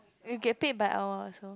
you get paid by hour also